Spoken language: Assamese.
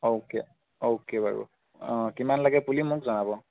অ'কে অ'কে বাৰু কিমান লাগে পুলি মোক জনাব